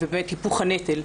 והיפוך הנטל.